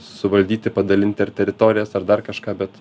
suvaldyti padalinti ar teritorijas ar dar kažką bet